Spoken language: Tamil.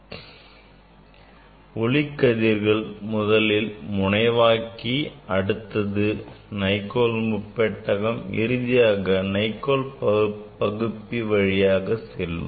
எனவே ஒளி கதிர்கள் முதலில் முனைவாக்கி அடுத்து Nicol முப்பட்டகம் இறுதியாக Nilcol பகுப்பி வழியாக செல்லும்